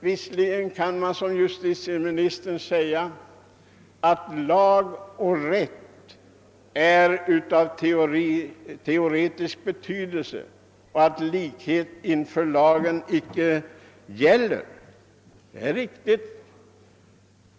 Visserligen kan man som justitieministern säga att lag och rätt är av teoretisk betydelse och att likhet inför lagen inte gäller.